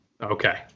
Okay